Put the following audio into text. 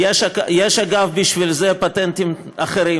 אגב, יש בשביל זה פטנטים אחרים.